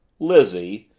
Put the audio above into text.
lizzie!